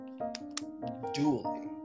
dually